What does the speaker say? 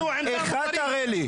אחד תראה לי.